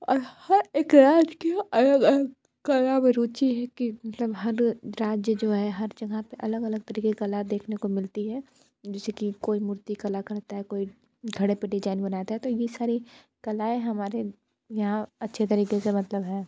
और हर एक राज्य की अलग अलग कला में रुचि है कि मतलब हर राज्य जो है हर जगह पे अलग अलग तरीके का कला देखने को मिलती है जैसे कि कोई मूर्ति कला करता है कोई घड़े पर डिजाइन बनाता है तो ये सारी कलाएँ हमारे यहाँ अच्छे तरीके से मतलब है